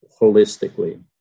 holistically